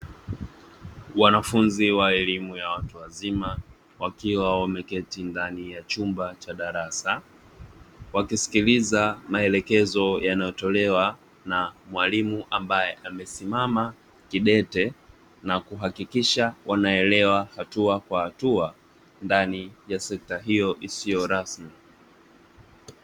Wanafunzi wa elimu ya watu wazima wakiwa wameketi ndani ya chumba cha darasa, wakisikiliza maelekezo yanayotolewa na mwalimu ambaye amesimama kidete na kuhakikisha wanaelewa hatua kwa hatua ndani ya sekta hiyo isiyo rasmi.